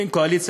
אין קואליציה,